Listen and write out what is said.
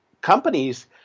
companies